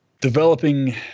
developing